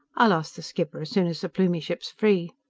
i'll ask the skipper as soon as the plumie ship's free.